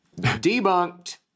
Debunked